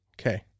okay